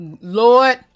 Lord